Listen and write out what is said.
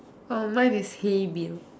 orh mine is hey bill